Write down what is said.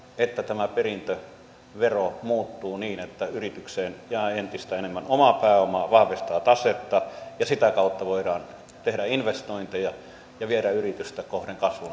että tämä perintövero muuttuu niin että yritykseen jää entistä enemmän omaa pääomaa se vahvistaa tasetta ja sitä kautta voidaan tehdä investointeja ja viedä yritystä kohden kasvun